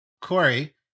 Corey